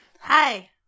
Hi